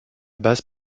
base